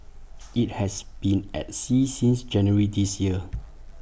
IT has been at sea since January this year